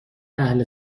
اهل